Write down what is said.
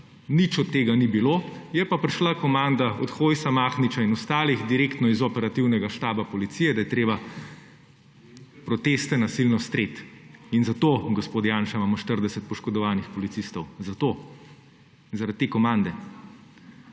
nič od tega ni bilo, je pa prišla komanda od Hojsa, Mahniča in ostalih, direktno iz operativnega štaba policije, da je treba proteste nasilno streti. In zato, gospod Janša, imamo 40 poškodovanih policistov. Zaradi te komande.